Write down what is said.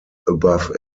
above